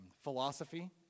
philosophy